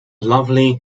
lovely